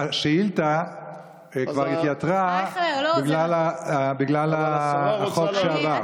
השאילתה כבר התייתרה בגלל החוק שעבר.